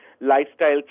lifestyle